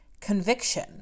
conviction